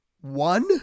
one